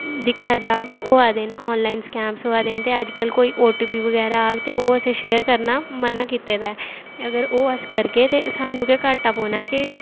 दिक्खेआ जाह्ग होआ दे न आनलाइन स्कैमस होआ दे न ते अज्जकल ओ टी पी बगैरा आह्ग ते ओह् असें शेयर करना मना कीते दा ऐ अगर ओह् अस ओह् करगे ते सानूं गै घाटा पौना ऐ कि